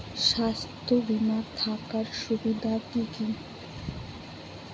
স্বাস্থ্য বিমা থাকার সুবিধা কী কী?